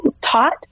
taught